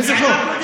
איזה חוק?